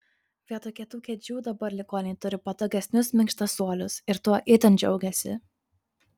vietoj kietų kėdžių dabar ligoniai turi patogesnius minkštasuolius ir tuo itin džiaugiasi